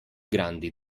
grandi